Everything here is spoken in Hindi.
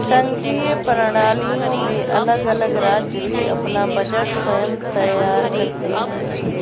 संघीय प्रणालियों में अलग अलग राज्य भी अपना बजट स्वयं तैयार करते हैं